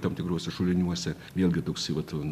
tam tikruose šuliniuose vėlgi toksai vat